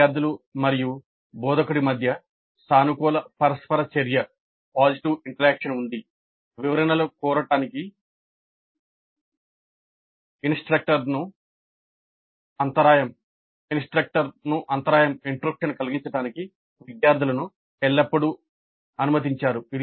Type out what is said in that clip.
విద్యార్థులు మరియు బోధకుడి మధ్య సానుకూల పరస్పర చర్య కలిగించడానికి విద్యార్థులను ఎల్లప్పుడూ అనుమతించారు